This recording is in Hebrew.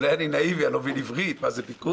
אולי אני נאיבי ואני לא מבין בעברית מה זה פיקוח.